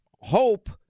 hope